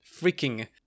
freaking